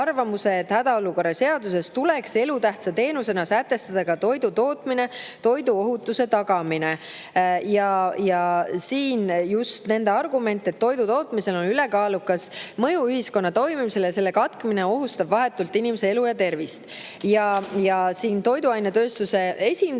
et hädaolukorra seaduses tuleks elutähtsa teenusena sätestada ka toidu tootmine, toiduohutuse tagamine. Just nende argument oli, et toidu tootmisel on ülekaalukas mõju ühiskonna toimimisele, selle katkemine ohustab vahetult inimeste elu ja tervist. Toiduainetööstuse esindaja